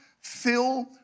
Fill